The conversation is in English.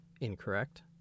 incorrect